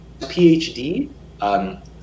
PhD